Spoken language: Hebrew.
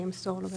אני אמסור לו.